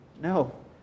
No